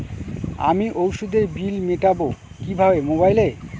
আমি ওষুধের বিল মেটাব কিভাবে মোবাইলে?